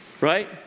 right